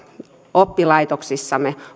oppilaitoksissamme